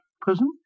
Prison